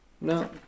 No